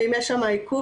ואם יש שם עיכוב,